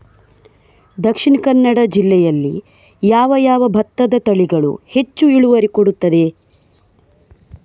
ದ.ಕ ಜಿಲ್ಲೆಯಲ್ಲಿ ಯಾವ ಯಾವ ಭತ್ತದ ತಳಿಗಳು ಹೆಚ್ಚು ಇಳುವರಿ ಕೊಡುತ್ತದೆ?